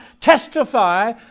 testify